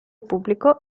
pubblico